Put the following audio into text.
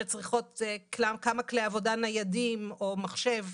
שצריכות כמה כלי עבודה ניידים או מחשב.